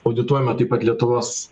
audituojame taip pat lietuvos